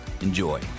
Enjoy